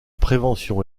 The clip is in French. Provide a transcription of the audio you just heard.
prévention